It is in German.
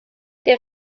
der